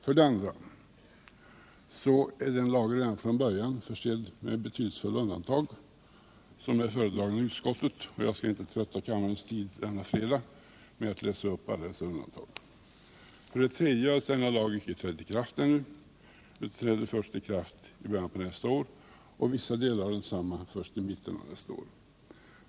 För det andra är lagen redan från början försedd med betydelsefulla undantag som är föredragna i utskottet, och jag skall inte trötta kammaren denna fredag med att läsa upp alla dessa undantag. För det tredje har denna lag ännu inte trätt i kraft. Det sker först i början på nästa år och vissa delar av densamma först i mitten på nästa år.